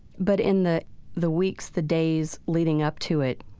but in the the weeks, the days leading up to it,